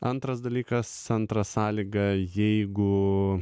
antras dalykas antra sąlyga jeigu